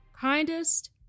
kindest